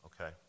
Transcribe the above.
Okay